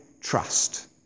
trust